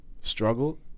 struggle